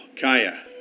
Kaya